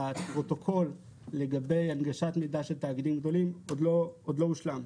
הפרוטוקול לגבי הנגשת מידע של תאגידים גדולים עוד לא הושלם.